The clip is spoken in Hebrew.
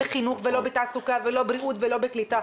לא בחינוך ולא בתעסוקה ולא בבריאות ולא בקליטה.